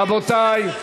קדימה זאת פסולת פוליטית,